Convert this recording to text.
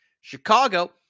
Chicago